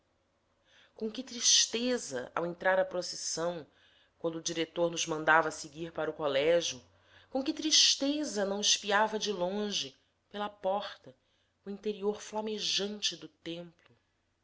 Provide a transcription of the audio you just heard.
com que tristeza ao entrar a procissão quando o diretor nos mandava seguir para o colégio com que tristeza não espiava de longe pela porta o interior flamejante do templo